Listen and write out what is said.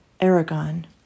Aragon